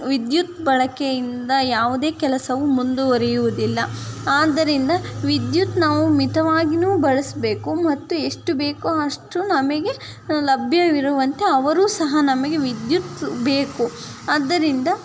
ವಿದ್ಯುತ್ ಬಳಕೆಯಿಂದ ಯಾವುದೇ ಕೆಲಸವು ಮುಂದುವರಿಯುವುದಿಲ್ಲ ಆದ್ದರಿಂದ ವಿದ್ಯುತ್ ನಾವು ಮಿತವಾಗಿಯು ಬಳಸಬೇಕು ಮತ್ತು ಎಷ್ಟು ಬೇಕೊ ಅಷ್ಟು ನಮಗೆ ಲಭ್ಯವಿರುವಂತೆ ಅವರೂ ಸಹ ನಮಗೆ ವಿದ್ಯುತ್ ಬೇಕು ಆದ್ದರಿಂದ